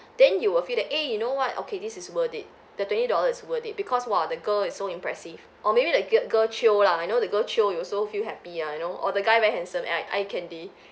then you will feel that eh you know what okay this is worth it the twenty dollar is worth it because !wah! the girl is so impressive or maybe the gir~ girl chio lah you know the girl chio you also feel happy ah you know or the guy very handsome and like eye candy